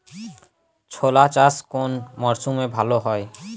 ছোলা চাষ কোন মরশুমে ভালো হয়?